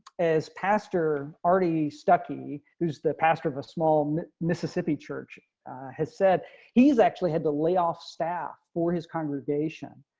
as pastor already stuckey who's the pastor of a small mississippi church has said he's actually had to lay off staff for his congregation